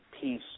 peace